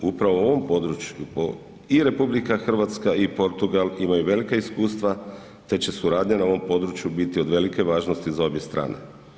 Upravo u ovom području i RH i Portugal imaju velika iskustava te će suradnja na ovom području biti od velike važnosti za obje strane.